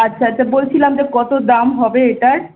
আচ্ছা আচ্ছা বলছিলাম যে কত দাম হবে এটার